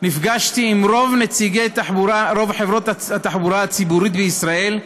נפגשתי עם נציגי רוב חברות התחבורה הציבורית בישראל,